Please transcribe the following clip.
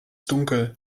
dunkel